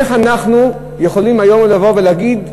איך אנחנו יכולים היום לבוא ולהגיד,